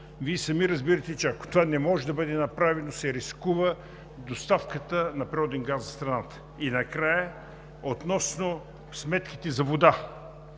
Вие сами разбирате, че ако това не може да бъде направено, се рискува доставката на природен газ за страната. И накрая относно сметките за вода.